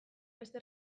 beste